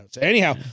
anyhow